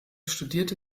studierte